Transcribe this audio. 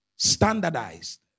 standardized